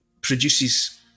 produces